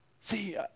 See